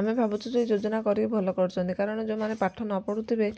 ଆମେ ଭାବୁଛୁ ଯେ ଯୋଜନା କରିକି ଭଲ କରିଛନ୍ତି କାରଣ ଯେଉଁମାନେ ପାଠ ନ ପଢ଼ୁଥିବେ